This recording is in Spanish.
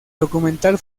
documental